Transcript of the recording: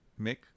Mick